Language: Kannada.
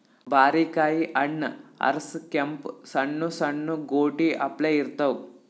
ಬಾರಿಕಾಯಿ ಹಣ್ಣ್ ಹಸ್ರ್ ಕೆಂಪ್ ಸಣ್ಣು ಸಣ್ಣು ಗೋಟಿ ಅಪ್ಲೆ ಇರ್ತವ್